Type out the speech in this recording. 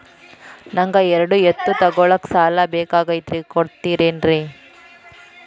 ನನಗ ಎರಡು ಎತ್ತು ತಗೋಳಾಕ್ ಸಾಲಾ ಬೇಕಾಗೈತ್ರಿ ಕೊಡ್ತಿರೇನ್ರಿ?